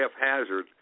half-hazard